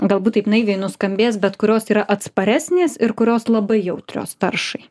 galbūt taip naiviai nuskambės bet kurios yra atsparesnės ir kurios labai jautrios taršai